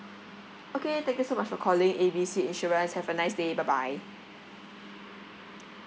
okay thank you so much for calling A B C insurance have a nice day bye bye